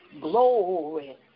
glory